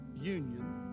union